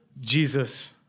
Jesus